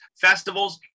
festivals